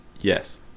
Yes